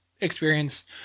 experience